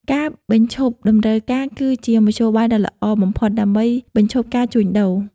ការបញ្ឈប់តម្រូវការគឺជាមធ្យោបាយដ៏ល្អបំផុតដើម្បីបញ្ឈប់ការជួញដូរ។